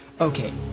Okay